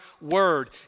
word